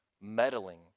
meddling